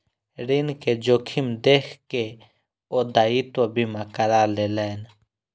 ऋण के जोखिम देख के ओ दायित्व बीमा करा लेलैन